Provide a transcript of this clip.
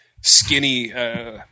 skinny –